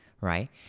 Right